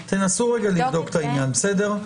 טוב, תנסו לבדוק את העניין הזה רגע, בסדר?